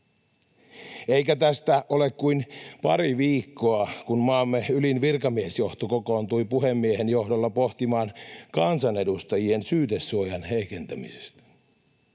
Eikä tästä ole kuin pari viikkoa, kun maamme ylin virkamiesjohto kokoontui puhemiehen johdolla pohtimaan kansanedustajien syytesuojan heikentämistä.